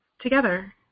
Together